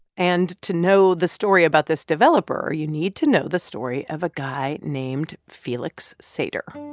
and to know the story about this developer, you need to know the story of a guy named felix sater